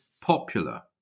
popular